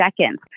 seconds